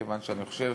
כיוון שאני חושב